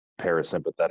parasympathetic